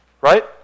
right